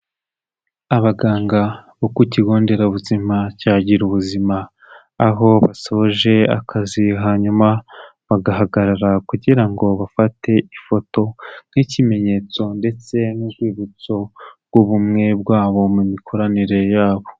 Abaganga bo ku kigo nderabuzima cya Girubuzima, aho basoje akazi hanyuma bagahagarara kugira ngo bafate ifoto nk'ikimenyetso ndetse n'urwibutso rw'ubumwe bwabo mu mikoranire yabo.